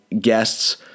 guests